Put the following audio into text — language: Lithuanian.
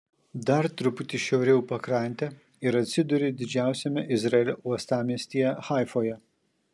dar truputį šiauriau pakrante ir atsiduri didžiausiame izraelio uostamiestyje haifoje